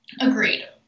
Agreed